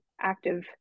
active